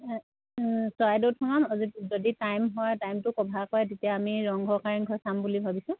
চৰাইদেউত যাম নহয় যদি টাইম হয় টাইমটো কভাৰ কৰে তেতিয়া আমি ৰংঘৰ কাৰেংঘৰ চাম বুলি ভাবিছোঁ